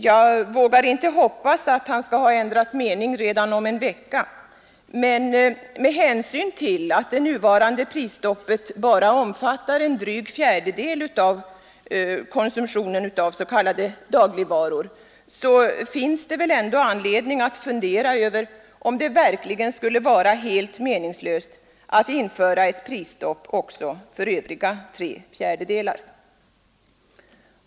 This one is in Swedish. Jag vågar inte hoppas att han skall ha ändrat mening redan om en vecka, men med hänsyn till att det nuvarande prisstoppet bara omfattar en dryg fjärdedel av konsumtionen av s.k. dagligvaror finns det väl ändå anledning att fundera över om det verkligen skulle vara helt meningslöst att införa ett prisstopp också för övriga tre fjärdedelar.